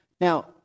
Now